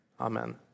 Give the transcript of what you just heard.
amen